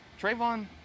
Trayvon